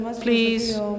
Please